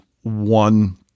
one